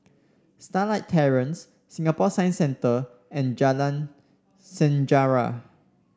Starlight Terrace Singapore Science Centre and Jalan Sejarah